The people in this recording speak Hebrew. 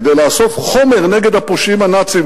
כדי לאסוף חומר נגד הפושעים הנאצים